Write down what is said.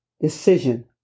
decision